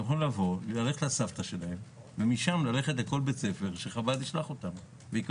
הם יכולים לבוא ללכת לסבתא ומשם ללכת לכל בית ספר שחב"ד יקבל אותם.